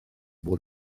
bod